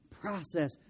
process